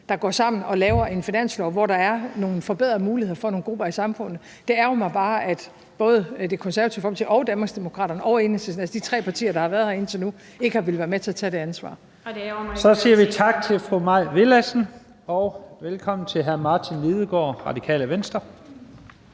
der går sammen om at lave en finanslov, hvor der er nogle forbedrede muligheder for nogle grupper i samfundet. Det ærgrer mig bare, at både Det Konservative Folkeparti, Danmarksdemokraterne og Enhedslisten, altså de tre partier, der har været på indtil nu, ikke har villet være med til at tage det ansvar. Kl. 13:30 Første næstformand (Leif Lahn Jensen): Så siger vi tak til fru Mai Villadsen. Velkommen til hr. Martin Lidegaard, Radikale Venstre.